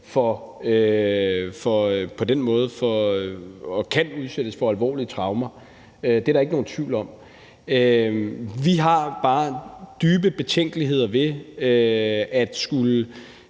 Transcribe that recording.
måde bliver udsat for og kan udsættes for alvorlige traumer. Det er der ikke nogen tvivl om. Vi har bare dybe betænkeligheder ved at skulle